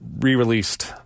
re-released